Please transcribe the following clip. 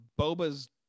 Boba's